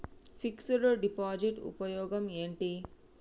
Fix డ్ deposit ఉపయోగం ఏంటి?